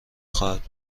خواهد